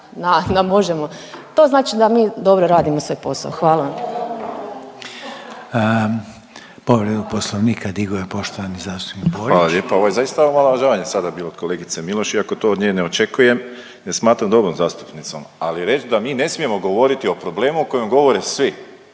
To znači da mi dobro radimo svoj posao, hvala vam. **Reiner, Željko (HDZ)** Povredu poslovnika digao je poštovani zastupnik Borić. **Borić, Josip (HDZ)** Hvala lijepa. Ovo je zaista omalovažavanje sada bilo od kolegice Miloš iako to od nje ne očekujem jer je smatram dobrom zastupnicom. Ali reć da mi ne smijemo govoriti o problemu o kojem govore svim,